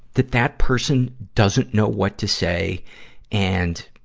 that that person doesn't know what to say and,